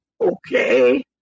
okay